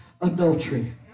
adultery